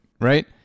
Right